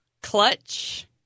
Clutch